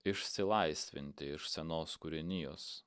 išsilaisvinti iš senos kūrinijos